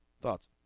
Thoughts